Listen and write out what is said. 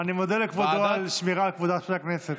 אני מודה לכבודו על שמירת כבודה של הכנסת.